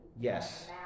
yes